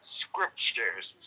scriptures